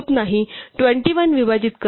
21 विभाजित करते